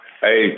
Hey